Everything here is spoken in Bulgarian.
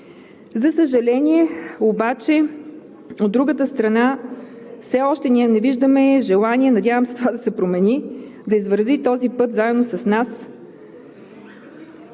За съжаление обаче, от другата страна все още ние не виждаме желание. Надявам се, това да се промени, да се извърви този път заедно с нас,